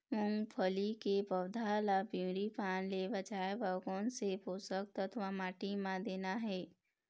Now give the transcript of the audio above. मुंगफली के पौधा ला पिवरी पान ले बचाए बर कोन से पोषक तत्व माटी म देना हे?